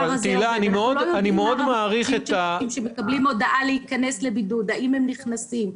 אנחנו לא יודעים האם אנשים שמקבלים הודעה להיכנס לבידוד באמת נכנסים.